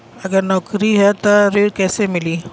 अगर नौकरी ह त ऋण कैसे मिली?